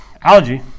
algae